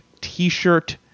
t-shirt